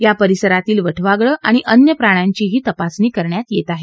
या परिसरातील वटवाघळं आणि अन्य प्राण्यांचीही तपासणी करण्यात येत आहे